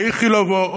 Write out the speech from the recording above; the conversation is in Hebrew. או לאיכילוב.